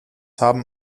haben